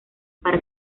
para